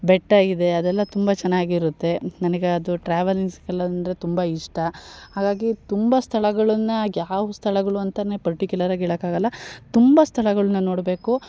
ಬೆಟ್ಟ ಇದೆ ಅದೆಲ್ಲ ತುಂಬ ಚೆನ್ನಾಗಿರುತ್ತೆ ನನಗ ಅದು ಟ್ರಾವೆಲಿಂಗ್ಸ್ ಎಲ್ಲ ಅಂದರೆ ತುಂಬ ಇಷ್ಟ ಹಾಗಾಗಿ ತುಂಬ ಸ್ಥಳಗಳನ್ನ ಯಾವ ಸ್ಥಳಗಳು ಅಂತನೇ ಪರ್ಟಿಕ್ಯುಲರ್ ಆಗಿ ಹೇಳೋಕ್ಕಾಗಲ್ಲ ತುಂಬ ಸ್ಥಳಗಳ್ನ ನೋಡಬೇಕು